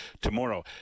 tomorrow